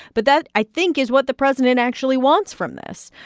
but that, i think, is what the president actually wants from this.